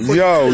yo